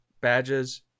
badges